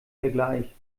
vergleich